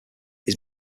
his